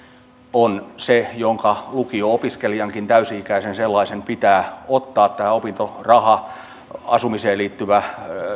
on se joka lukio opiskelijankin täysi ikäisen sellaisen pitää ottaa tämä opintoraha asumiseen liittyvä